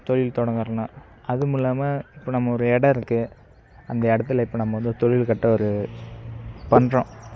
தொழில் தொடங்குகிறேன்னா அதுவும் இல்லாமல் இப்போது நம்ம ஒரு இடம் இருக்குது அந்த இடத்துல இப்போ நம்ம வந்து தொழில் கட்ட ஒரு பண்ணுறோம்